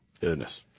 Goodness